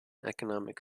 economic